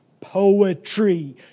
poetry